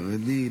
חרדי,